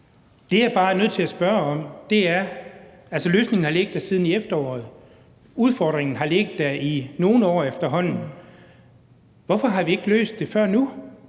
Det, jeg bare er nødt til at spørge om, er, at når løsningen har ligget der siden i efteråret og udfordringen har ligget der i nogle år efterhånden, hvorfor har vi så ikke løst det før nu?